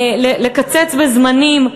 לקצץ בזמנים,